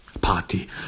party